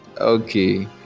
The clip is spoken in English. Okay